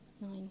nine